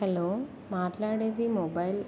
hello మాట్లాడేది mobile